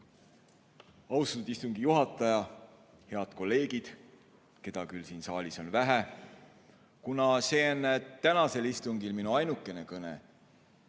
Austatud istungi juhataja! Head kolleegid, keda küll siin saalis on vähe! Kuna see on tänasel istungil minu ainukene kõne,